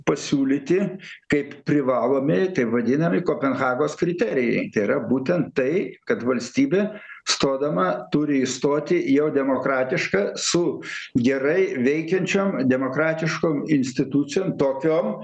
pasiūlyti kaip privalomi tai vadinami kopenhagos kriterijai tai yra būtent tai kad valstybė stodama turi įstoti jau demokratiška su gerai veikiančiom demokratiškom institucijom tokiom